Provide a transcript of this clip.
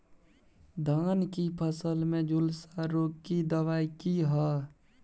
धान की फसल में झुलसा रोग की दबाय की हय?